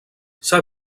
s’ha